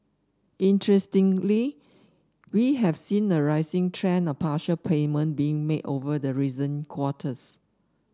interestingly we have seen a rising trend of partial payment being made over the recent quarters